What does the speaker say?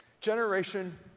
Generation